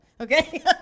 okay